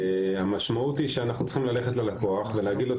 המשמעות היא שאנחנו צריכים ללכת ללקוח ולהגיד לו,